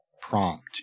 prompt